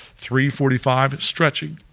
three forty five, stretching,